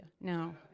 No